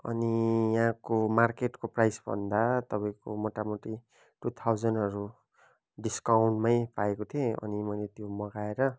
अनि यहाँको मार्केटको प्राइजभन्दा तपाईँको मोटामोटी टु थाउजन्डहरू डिस्काउन्टमै पाएको थिएँ अनि मैले त्यो मगाएर